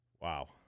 Wow